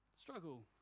struggle